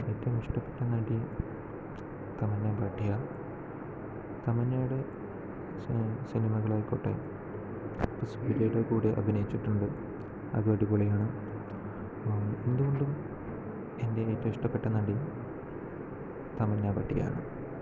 ഏറ്റവും ഇഷ്ടപ്പെട്ട നടി തമന്ന ബാട്ടിയ തമന്നയുടെ സിനിമകളായിക്കോട്ടെ സൂര്യയുടെ കൂടെ അഭിനയിച്ചിട്ടുണ്ട് അതു അടിപൊളിയാണ് എന്തുകൊണ്ടും എന്റെ ഏറ്റവും ഇഷ്ടപ്പെട്ട നടി തമന്ന ബാട്ടിയയാണ്